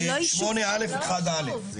סעיף 8/א'/1/א'.